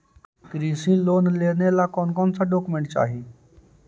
कृषि लोन लेने ला कोन कोन डोकोमेंट चाही?